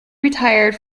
retired